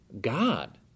God